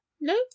No